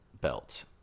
belt